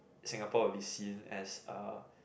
Singapore a bit seen as a